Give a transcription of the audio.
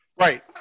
Right